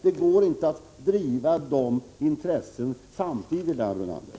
Det går inte att driva de andra intressena samtidigt, Lennart Brunander.